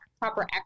proper